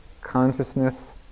consciousness